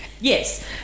Yes